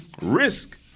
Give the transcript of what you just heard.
risk